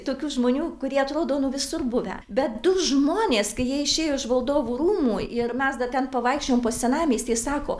tokių žmonių kurie atrodo nu visur buvę bet du žmonės kai jie išėjo iš valdovų rūmų ir mes dar ten pavaikščiojom po senamiestį jie sako